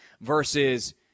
versus